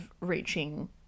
reaching